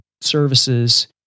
services